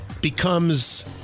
becomes